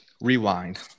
Rewind